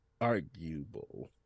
Arguable